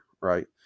Right